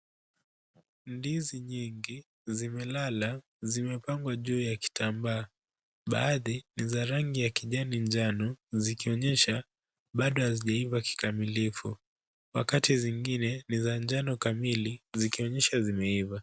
Ndizi nyingi zimelala, zimepangwa juu ya kitambaa. Baadhi ni za rangi ya kijani njano zikionyesha bado hazijaiva kikamilifu, wakati zingine ni za njano kamili zikionyesha zimeiva.